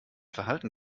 verhalten